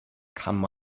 come